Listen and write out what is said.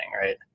right